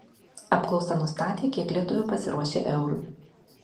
apklausa nustatė kiek lietuvių pasiruošę eurui